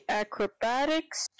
acrobatics